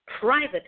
private